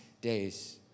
days